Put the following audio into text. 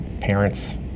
parents